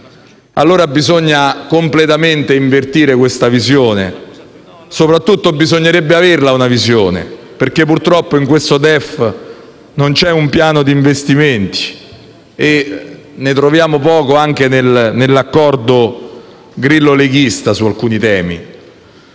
allora invertire completamente questa visione; soprattutto, bisognerebbe averla una visione perché purtroppo in questo DEF non c'è un piano di investimenti e ne troviamo poche tracce anche nell'accordo Grillo-leghista su alcuni temi.